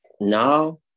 now